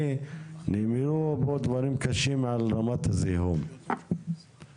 אמרו כאן דברים קשים על רמת הזיהום ואתה